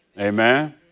Amen